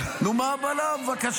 תשאל